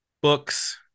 books